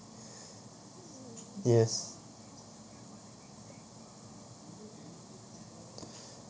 yes